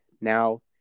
Now